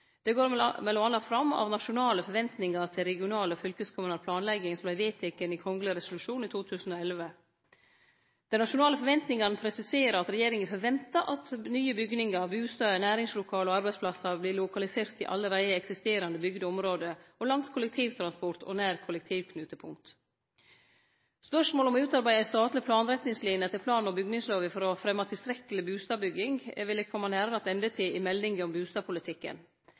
Det går m.a. fram av Nasjonale forventningar til regional og kommunal planlegging, eit dokument som vart vedteke i kongeleg resolusjon i 2011. Dei nasjonale forventningane presiserer at regjeringa forventar at nye bygningar, bustader, næringslokale og arbeidsplassar vert lokaliserte i allereie eksisterande bygde område, langs kollektivtransport og nær kollektivknutepunkt. Spørsmålet om å utarbeide ei statleg planretningsline etter plan- og bygningslova for å fremme tilstrekkeleg bustadbygging vil eg kome nærare attende til i meldinga om bustadpolitikken.